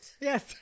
Yes